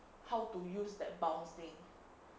how to use that bounce thing